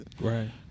Right